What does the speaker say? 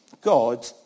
God